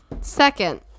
second